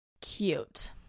Cute